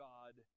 God